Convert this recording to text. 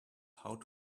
how